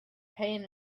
pain